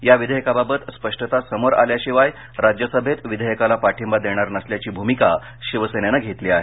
या विधेयकाबाबत स्पष्टता समोर आल्याशिवाय राज्यसभेत विधेयकाला पाठींबा देणार नसल्याची भूमिका शिवसेनेनं घेतली आहे